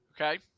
okay